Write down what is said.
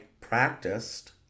practiced